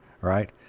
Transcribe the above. Right